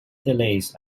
delays